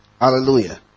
Hallelujah